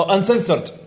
Uncensored